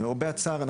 למרבה הצער,